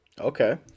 Okay